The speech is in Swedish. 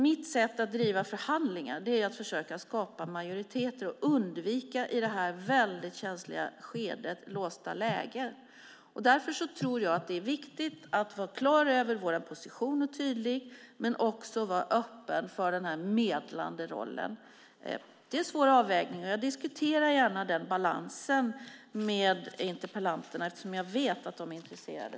Mitt sätt att driva förhandlingar är att försöka skapa majoritet och i det här väldigt känsliga skedet undvika låsta lägen. Därför tror jag att det är viktigt att vara klar och tydlig när det gäller våra positioner men också att vara öppen för den medlande rollen. Det är en svår avvägning och jag diskuterar gärna den balansen med interpellanterna, eftersom jag vet att de är intresserade.